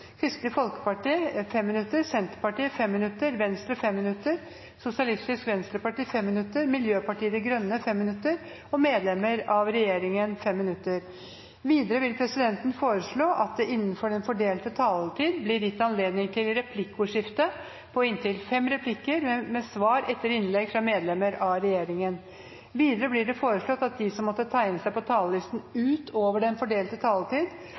Kristelig Folkeparti 5 minutter, Senterpartiet 5 minutter, Venstre 5 minutter, Sosialistisk Venstreparti 5 minutter, Miljøpartiet De Grønne 5 minutter og medlemmer av regjeringen 5 minutter. Videre vil presidenten foreslå at det blir gitt anledning til replikkordskifte på inntil fem replikker med svar etter innlegg av medlemmer av regjeringen innenfor den fordelte taletid. Videre blir det foreslått at de som måtte tegne seg på talerlisten utover den fordelte taletid,